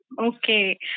Okay